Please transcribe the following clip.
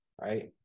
right